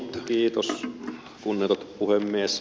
kiitos kunnioitettu puhemies